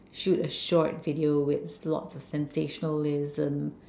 shoot a short video with lots of sensationalism